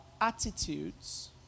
attitudes